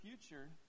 future